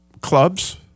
clubs